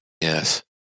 Yes